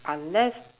unless